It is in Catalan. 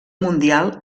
mundial